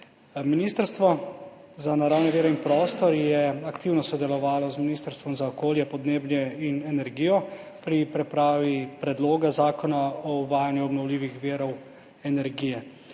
Ministrstvo za naravne vire in prostor je aktivno sodelovalo z Ministrstvom za okolje, podnebje in energijo pri pripravi predloga zakona o uvajanju obnovljivih virov energije.